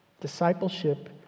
Discipleship